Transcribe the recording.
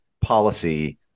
policy